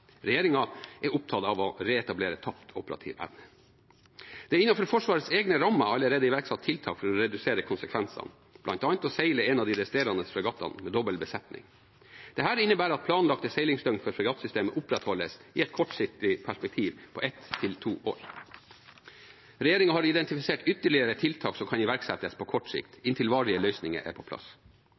er opptatt av å reetablere tapt operativ evne. Det er innenfor Forsvarets egne rammer allerede iverksatt tiltak for å redusere konsekvensene, bl.a. å seile en av de resterende fregattene med dobbel besetning. Dette innebærer at planlagte seilingsdøgn for fregattsystemet opprettholdes i et kortsiktig perspektiv på ett til to år. Regjeringen har identifisert ytterligere tiltak som kan iverksettes på kort sikt, inntil varige løsninger er på plass.